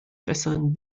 besseren